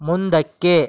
ಮುಂದಕ್ಕೆ